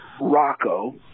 Rocco